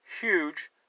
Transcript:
huge